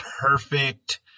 perfect